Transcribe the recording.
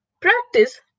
practice